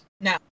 No